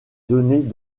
données